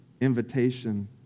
invitation